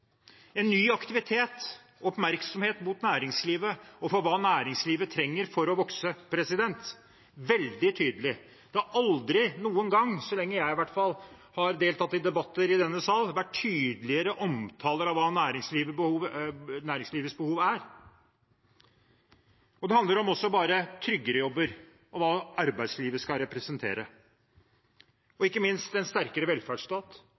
ny aktivitet, oppmerksomhet mot næringslivet og hva næringslivet trenger for å vokse – veldig tydelig. Det har aldri noen gang, i hvert fall så lenge jeg har deltatt i debatter i denne sal, vært tydeligere omtaler av hva næringslivets behov er. Det handler også om bare tryggere jobber og hva arbeidslivet skal representere, og ikke minst en sterkere velferdsstat.